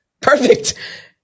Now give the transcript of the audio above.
Perfect